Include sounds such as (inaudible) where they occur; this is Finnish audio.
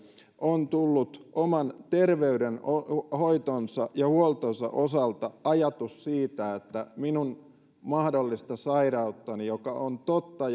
on tullut oman terveydenhoitonsa ja huoltonsa osalta ajatus siitä että minun mahdollista sairauttani joka on totta (unintelligible)